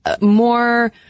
more